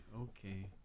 okay